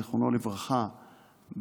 זיכרונו לברכה,